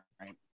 Right